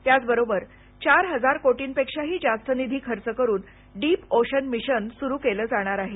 त्याचबरोबर चार हजार कोटींपेक्षाही जास्त निधी खर्च करून डीप ओशन मिशन सुरू केलं जाणार आहे